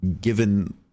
given